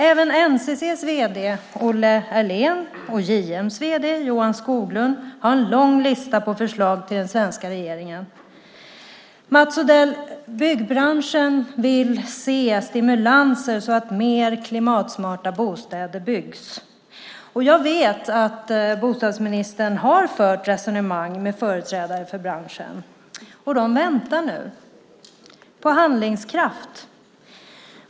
Även NCC:s vd, Olle Ehrlén, och JM:s vd, Johan Skoglund, har en lång lista på förslag till den svenska regeringen. Mats Odell! Byggbranschen vill se stimulanser så att mer klimatsmarta bostäder byggs. Jag vet att bostadsministern har fört resonemang med företrädare för branschen. De väntar nu på handlingskraft.